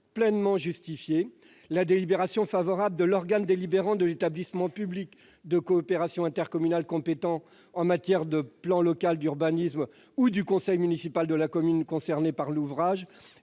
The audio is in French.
pleinement justifiée. La délibération favorable de l'organe délibérant de l'établissement public de coopération intercommunale compétent en matière de plan local d'urbanisme ou celle du conseil municipal de la commune concernée par l'ouvrage